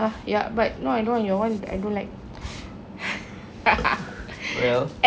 ah ya but no I don't want your one I don't like